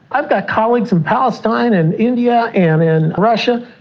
i've got colleagues in palestine and india and in russia.